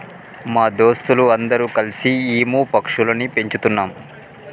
మా దోస్తులు అందరు కల్సి ఈము పక్షులని పెంచుతున్నాం